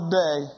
day